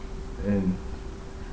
and